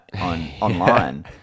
Online